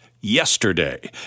yesterday